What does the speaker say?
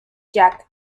jack